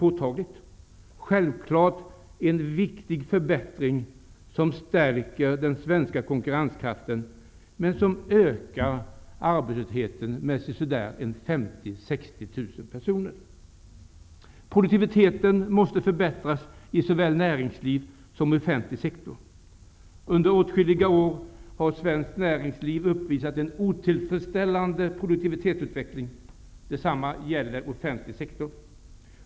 Det är självklart en viktig förbättring som stärker den svenska konkurrenskraften, men det ökar samtidigt arbetslösheten i storleksordningen 50 000--60 000. Produktiviteten måste förbättras i såväl näringsliv som offentlig sektor. Under åtskilliga år har svenskt näringsliv uppvisat en otillfredsställande produktivitetsutveckling. Detsamma gäller offentlig sektor.